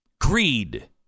greed